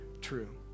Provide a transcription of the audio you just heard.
true